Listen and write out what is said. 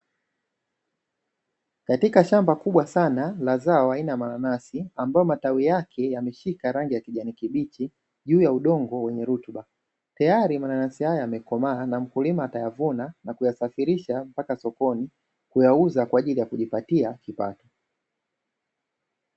Katika shamba kubwa sana la zao aina ya mananasi, ambayo matawi yake yameshika rangi ya kijani kibichi juu ya udongo wenye rutuba, tayari mananasi haya yamekomaa na mkulima atayavuna na kuyasafirisha mpaka sokoni, kuyauza kwa ajili ya kujipatia kipato.